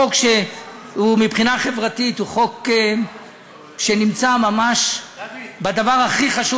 מבחינה חברתית הוא חוק שנמצא ממש בדבר הכי חשוב